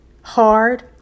hard